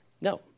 No